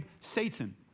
Satan